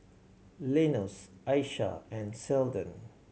Linus Aisha and Seldon